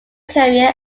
career